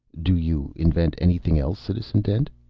do you invent anything else, citizen dent?